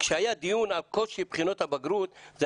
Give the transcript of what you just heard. כשהיה דיון על קושי בבחינות הבגרות זו